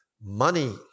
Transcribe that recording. money